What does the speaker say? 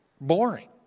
boring